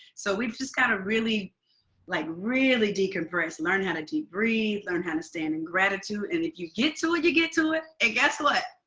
so we've just got to really like really decompress. learn how to deep breathe. learn how to stand in gratitude, and if you get to it, you get to it. and guess what?